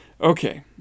Okay